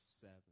seven